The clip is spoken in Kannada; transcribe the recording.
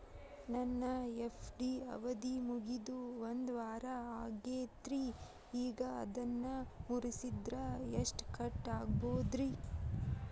ನನ್ನ ಎಫ್.ಡಿ ಅವಧಿ ಮುಗಿದು ಒಂದವಾರ ಆಗೇದ್ರಿ ಈಗ ಅದನ್ನ ಮುರಿಸಿದ್ರ ಎಷ್ಟ ಕಟ್ ಆಗ್ಬೋದ್ರಿ?